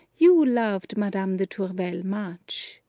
you loved madame de tourvel much,